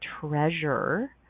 treasure